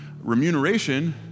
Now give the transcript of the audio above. remuneration